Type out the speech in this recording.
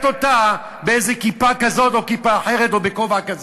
אותו בכיפה כזאת או כיפה אחרת או בכובע כזה?